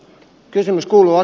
kysymys kuuluu